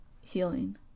healing